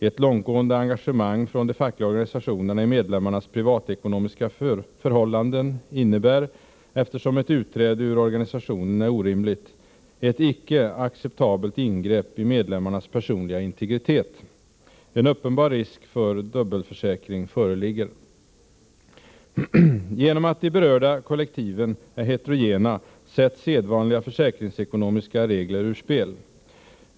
Ett långtgående engagemang från de fackliga organisationerna i medlemmarnas privatekonomiska förhållanden innebär, eftersom ett utträde ur organisationen är orimligt, ett icke acceptabelt ingrepp i medlemmarnas personliga integritet. En uppenbar risk för dubbelförsäkring föreligger. Genom att de berörda kollektiven är heterogena sätts sedvanliga försäkringsekonomiska regler ur spel.